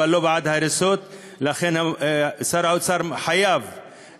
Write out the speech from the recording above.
אבל לא בעד ההריסות, לכן שר האוצר צריך לאלתר,